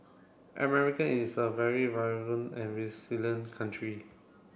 American is a very vibrant and resilient country